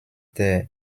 der